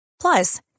plus